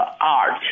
art